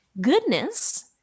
goodness